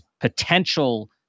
potential